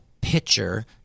pitcher